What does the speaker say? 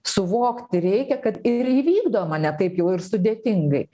suvokti reikia kad ir įvykdoma ne taip jau ir sudėtingai